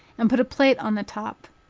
and put a plate on the top,